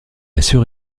assure